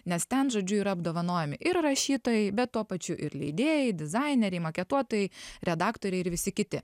nes ten žodžiu yra apdovanojami ir rašytojai bet tuo pačiu ir leidėjai dizaineriai maketuotojai redaktoriai ir visi kiti